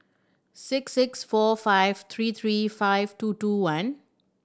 six six four five three three five two two one